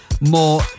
more